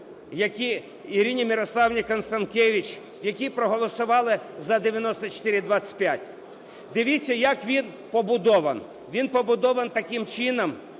Ірині Мирославівні Констанкевич, – які проголосували за 9425. Дивіться, як він побудований. Він побудований таким чином,